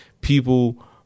people